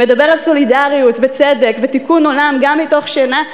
שמדבר על סולידריות וצדק ותיקון עולם גם מתוך שינה,